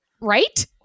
Right